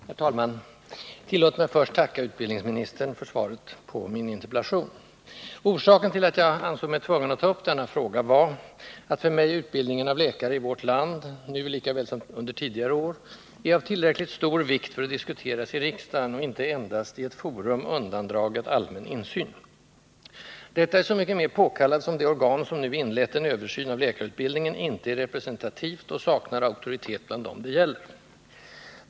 Herr talman! Tillåt mig först att tacka utbildningsministern för svaret på min interpellation. Orsaken till att jag ansåg mig tvungen att ta upp denna fråga var att för mig utbildningen av läkare i vårt land — nu lika väl som under tidigare år — är av tillräckligt stor vikt för att diskuteras i riksdagen och icke endast i ett forum undandraget allmän insyn. Detta är så mycket mera påkallat som det organ som nu inlett en översyn av läkarutbildningen icke är representativt och saknar auktoritet bland dem det gäller.